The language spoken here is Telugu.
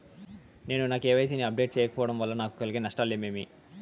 నేను నా కె.వై.సి ని అప్డేట్ సేయకపోవడం వల్ల నాకు కలిగే నష్టాలు ఏమేమీ?